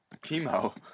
chemo